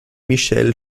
michel